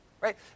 right